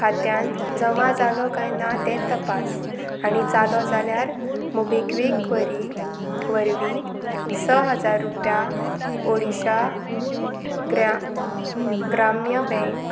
खात्यांत जमा जालो काय ना तें तपास आनी जालो जाल्यार मोबिक्वीक वरी वरवीं स हजार रुपया ओडिशा ग्रा ग्राम्य बँक